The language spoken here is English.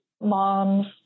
moms